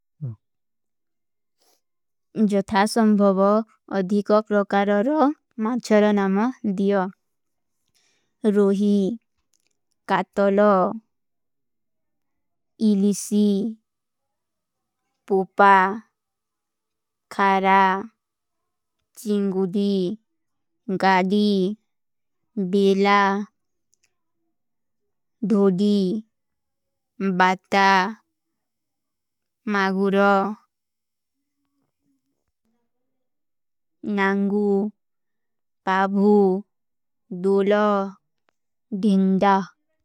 ଜଥା ସଂଭଵ ଅଧିକା ପ୍ରକାରର ମା ଚରଣା ମା ଦିଯା। ରୋହୀ, କାତଲୋ, ଇଲିସୀ, ପୂପା, ଖାରା, ଚିଂଗୁଧୀ, ଗାଧୀ, ବେଲା, ଧୋଧୀ, ବାତା, ମାଗୁରୋ, ନାଂଗୁ, ପାଭୂ, ଦୂଲୋ, ଦିନ୍ଦଃ।